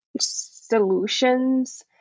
solutions